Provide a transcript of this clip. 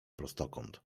prostokąt